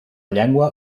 llengua